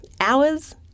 Hours